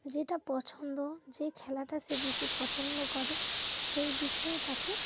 যেটা পছন্দ যেই খেলাটা সে বেশি পছন্দ করে সেই বিষয়ে তাকে